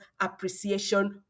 Appreciation